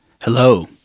Hello